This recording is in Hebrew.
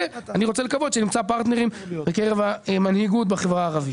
אני רוצה לקוות שנמצא פרטנרים בקרב המנהיגות בחברה הערבית.